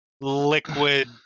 liquid